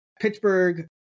Pittsburgh